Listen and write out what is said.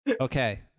Okay